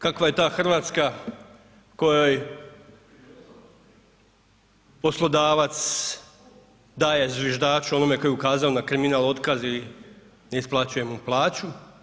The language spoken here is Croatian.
Kakva je ta Hrvatska kojoj poslodavac daje zviždaču ovome koji je ukazao na kriminal otkaz i ne isplaćuje mu plaću?